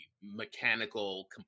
mechanical